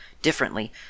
differently